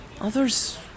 Others